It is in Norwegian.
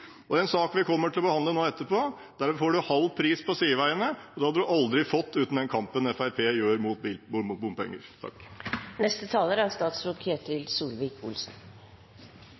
en sak vi kommer til å behandle etterpå, får en halv pris på sideveiene. Det hadde en aldri fått uten den kampen Fremskrittspartiet kjemper mot bompenger. Bare noen refleksjoner rundt den debatten vi nå nettopp har opplevd. Jeg synes det er